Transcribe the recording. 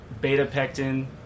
beta-pectin